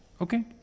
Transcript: Okay